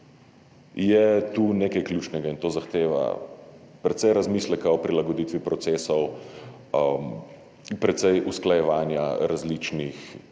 je tu nekaj ključnega in to zahteva precej razmisleka o prilagoditvi procesov, precej usklajevanja različnih